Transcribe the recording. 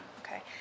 Okay